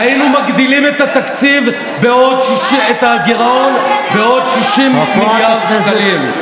היינו מגדילים את הגירעון בעוד 60 מיליארד שקלים.